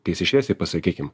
tiesiai šviesiai pasakykim